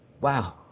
Wow